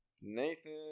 Nathan